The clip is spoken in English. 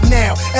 now